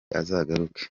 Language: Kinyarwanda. azagaruke